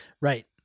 Right